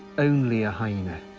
only a hyena.